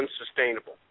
unsustainable